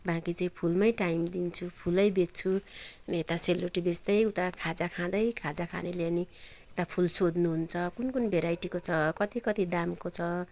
बाँकी चाहिँ फुलमै टाइम दिन्छु फुलै बेच्छु अनि यता सेलरोटी बेच्दै उता खाजा खाँदै खाजा खानेले पनि यता फुल सोध्नुहुन्छ कुन कुन भेराइटीको छ कति कति दामको छ